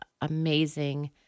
amazing